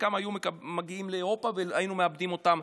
חלקם היו מגיעים לאירופה והיינו מאבדים אותם,